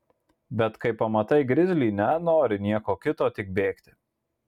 bet kai pamatai grizlį nenori nieko kito tik bėgti